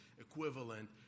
equivalent